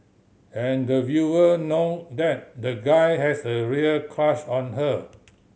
and the viewer know that the guy has a real crush on her